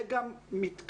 זה גם מתכתב,